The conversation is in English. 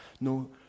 No